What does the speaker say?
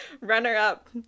Runner-up